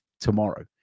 tomorrow